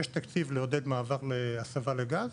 יש תקציב לעודד מעבר להסבה לגז,